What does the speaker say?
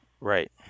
Right